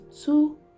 two